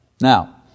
Now